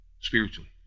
spiritually